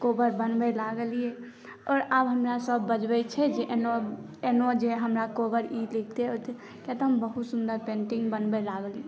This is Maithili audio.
कोबर बनबै लागलियै आओर आब हमरा सभ बजबै छै जे एनौ एनौ जे हमरा कोबर ई लिख दे किया तऽ हम बहुत सुन्दर पेंटिंग बनबै लागलियै